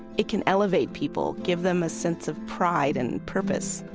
it can elevate people, give them a sense of pride and purpose.